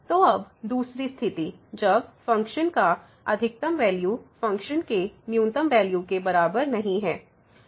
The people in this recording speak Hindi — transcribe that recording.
तो अब दूसरी स्थिति जब फ़ंक्शन का अधिकतम वैल्यू फ़ंक्शन के न्यूनतम वैल्यू के बराबर नहीं है